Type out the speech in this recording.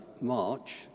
March